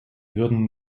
würden